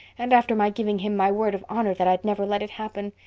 and after my giving him my word of honor that i'd never let it happen!